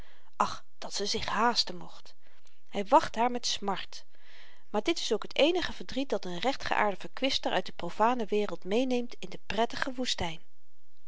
och dat ze zich haasten mocht hy wacht haar met smart maar dit is ook t eenige verdriet dat n rechtgeaarde verkwister uit de profane wereld meeneemt in de prettige woestyn